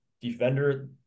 defender